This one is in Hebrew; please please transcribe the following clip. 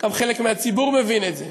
גם חלק מהציבור מבין את זה.